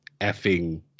effing